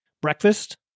breakfast